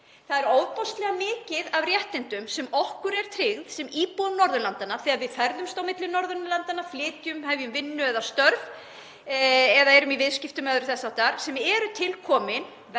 Það er ofboðslega mikið af réttindum sem okkur eru tryggð sem íbúum Norðurlandanna þegar við ferðumst á milli Norðurlandanna, flytjum, hefjum störf eða erum í viðskiptum og öðru þess háttar, sem eru til komin